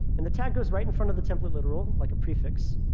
and the tag goes right in front of the template literal, like a prefix.